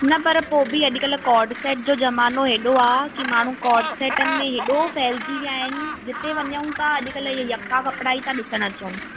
न पर पोइ बि अॼुकल्ह कॉर्ड सेट जो ज़मानो एॾो आ कि माण्हूं कॉर्ड सेटनि में एॾो फैलिजी विया आहिनि जिते वञऊं था अॼुकल्ह इहे यका कपिड़ा ई था ॾिसणु अचनि